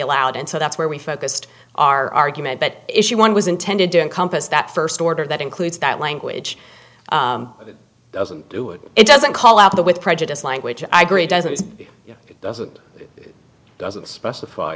allowed and so that's where we focused our argument that issue one was intended to encompass that first order that includes that language doesn't do it it doesn't call out the with prejudice language i gree doesn't it doesn't it doesn't speci